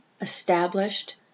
established